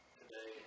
today